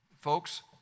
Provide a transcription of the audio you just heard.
Folks